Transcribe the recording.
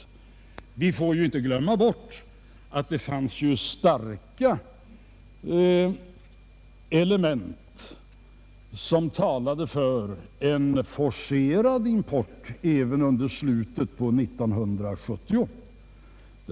Vi får inte glömma bort att det fanns starka element som talade för en fortsatt import även under slutet av år 1970.